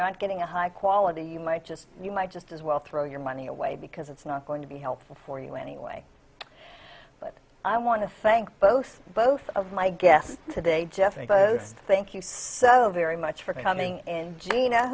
not getting a high quality you might just you might just as well throw your money away because it's not going to be helpful for you anyway but i want to thank both both of my guests today jeffrey both thank you so very much for coming in gina